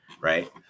right